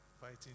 Fighting